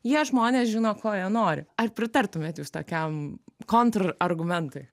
jie žmonės žino ko jie nori ar pritartumėt jūs tokiam kontrargumentui